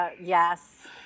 Yes